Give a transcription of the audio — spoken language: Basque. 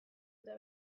eta